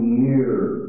years